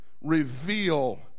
reveal